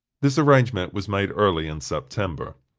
this arrangement was made early in september.